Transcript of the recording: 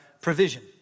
provision